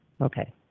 Okay